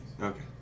Okay